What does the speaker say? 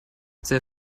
sehr